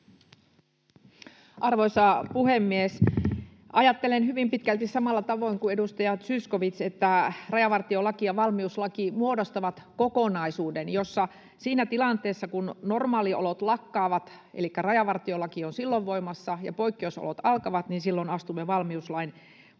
Arvoisa puhemies! Ajattelen hyvin pitkälti samalla tavoin kuin edustaja Zyskowicz, että rajavartiolaki ja valmiuslaki muodostavat kokonaisuuden, jossa siinä tilanteessa, kun normaaliolot lakkaavat — elikkä rajavartiolaki on silloin voimassa ja poikkeusolot alkavat — astumme valmiuslain puolelle,